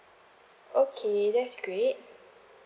okay that's great